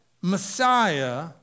Messiah